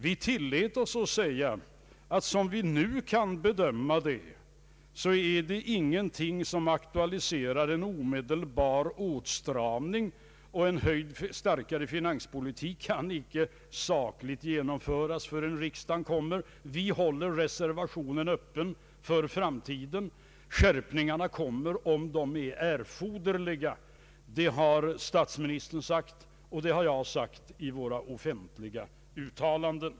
Vi tillät oss att säga att som vi då kunde bedöma läget fanns ingenting som aktualiserade en omedelbar åtstramning och att en stramare finanspolitik inte sakligt kunde genomföras förrän riksdagen tagit sin början. Vi reserverade oss för framtiden och sade att skärpningar skulle komma om de blev erforderliga. Både statsministern och jag har uttalat detta offentligt.